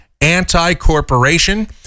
anti-corporation